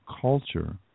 culture